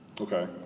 Okay